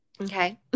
Okay